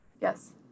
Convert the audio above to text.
Yes